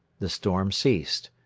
the storm ceased.